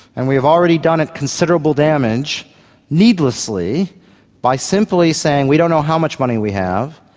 and we have already done it considerable damage needlessly by simply saying we don't know how much money we have,